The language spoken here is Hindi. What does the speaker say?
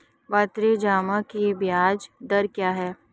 आवर्ती जमा की ब्याज दर क्या है?